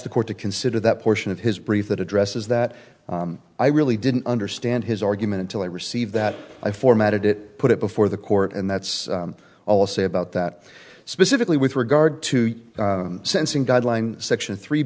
the court to consider that portion of his brief that addresses that i really didn't understand his argument until i received that i formatted it put it before the court and that's all i'll say about that specifically with regard to sensing guideline section three